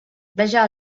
veja